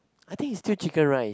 I think is still Chicken Rice